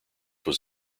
was